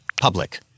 Public